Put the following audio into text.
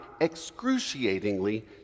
excruciatingly